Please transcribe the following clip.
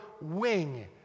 wing